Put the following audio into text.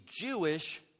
Jewish